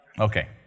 Okay